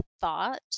thought